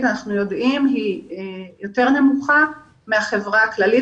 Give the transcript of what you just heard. היא יותר נמוכה משמעותית מהחברה הכללית.